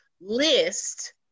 list